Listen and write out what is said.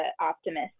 optimist